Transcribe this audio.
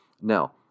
Now